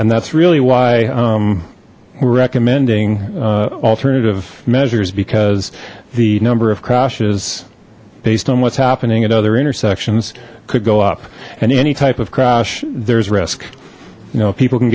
and that's really why we're recommending alternative measures because the number of crashes based on what's happening at other intersections could go up and any type of crash there's risk you know people can